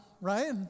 right